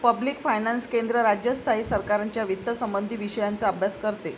public finance केंद्र, राज्य, स्थायी सरकारांच्या वित्तसंबंधित विषयांचा अभ्यास करते